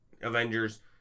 Avengers